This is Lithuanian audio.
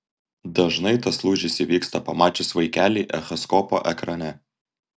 dažnai tas lūžis įvyksta pamačius vaikelį echoskopo ekrane